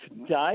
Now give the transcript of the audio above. today